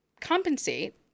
compensate